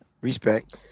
respect